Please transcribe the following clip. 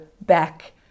back